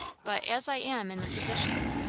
but, as i am in the position,